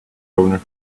owner